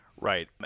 right